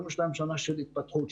התפתחות,